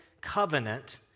Covenant